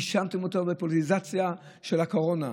האשמתם אותו בפוליטיזציה של הקורונה,